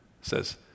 says